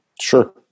Sure